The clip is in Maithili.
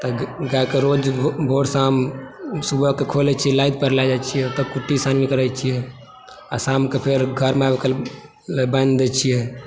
गाय के रोज भोर शाम सुबह कऽ खोलै छी नाद पर लऽ जाइ छी ओतऽ कुट्टी सानी करै छियै आ शाम कऽ फेर घरमे आबि कऽ बान्हि दै छियै